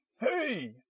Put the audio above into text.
Hey